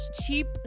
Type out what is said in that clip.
cheap